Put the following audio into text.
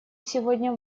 сегодня